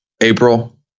April